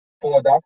product